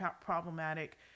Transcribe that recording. problematic